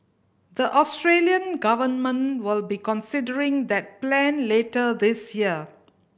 the Australian government will be considering that plan later this year